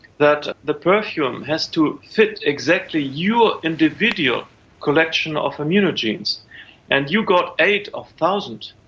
that the perfume has to fit exactly your individual collection of immunogenes. and you've got eight of thousands,